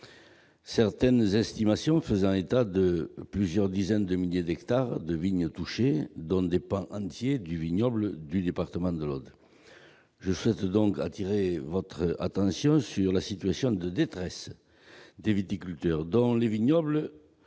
Certaines estimations faisaient état de plusieurs dizaines de milliers d'hectares de vignes touchés, dont des pans entiers du vignoble du département de l'Aude. Je souhaite donc attirer votre attention sur la situation de détresse des viticulteurs. Certains